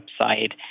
website